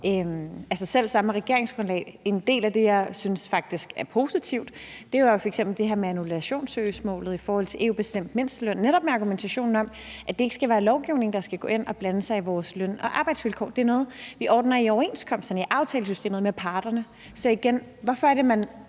ved selv samme regeringsgrundlag, er jo f.eks. det her med annullationssøgsmål i forhold til EU-bestemt mindsteløn, netop med argumentationen om, at det ikke skal være lovgivere, der skal gå ind og blande sig i vores løn- og arbejdsvilkår. Det er noget, vi ordner i overenskomsterne, i aftalesystemet, med parterne. Så igen vil jeg